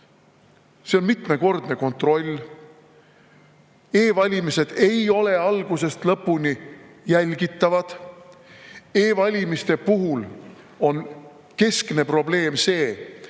See on mitmekordne kontroll. E‑valimised ei ole algusest lõpuni jälgitavad. E‑valimiste puhul on keskne probleem see,